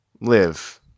live